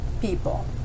people